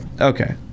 okay